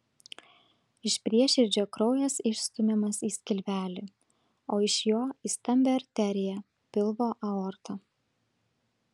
iš prieširdžio kraujas išstumiamas į skilvelį o iš jo į stambią arteriją pilvo aortą